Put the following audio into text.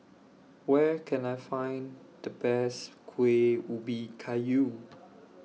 Where Can I Find The Best Kueh Ubi Kayu